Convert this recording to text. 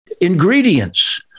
ingredients